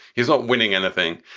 he's not winning anything.